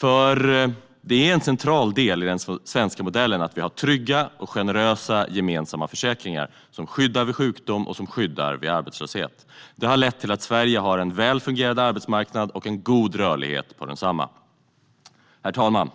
Det är nämligen en central del i den svenska modellen att vi har trygga och generösa gemensamma försäkringar som skyddar vid sjukdom och arbetslöshet. Det har lett till att Sverige har en väl fungerande arbetsmarknad och en god rörlighet på densamma. Herr talman!